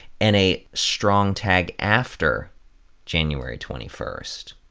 and a strong tag after january twenty first.